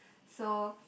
so